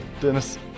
Dennis